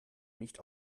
nicht